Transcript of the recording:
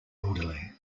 elderly